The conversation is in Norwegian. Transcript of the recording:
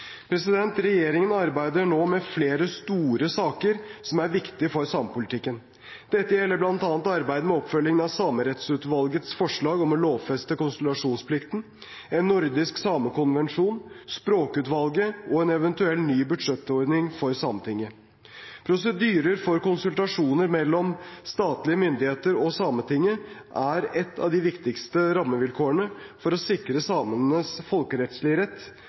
Regjeringen arbeider nå med flere store saker som er viktige for samepolitikken. Dette gjelder bl.a. arbeidet med oppfølgingen av Samerettsutvalgets forslag om å lovfeste konsultasjonsplikten, en nordisk samekonvensjon, språkutvalget og en eventuell ny budsjettordning for Sametinget. Prosedyrer for konsultasjoner mellom statlige myndigheter og Sametinget er et av de viktigste rammevilkårene for å sikre samenes folkerettslige rett